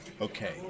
Okay